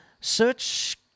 search